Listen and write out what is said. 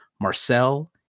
Marcel